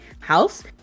house